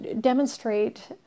demonstrate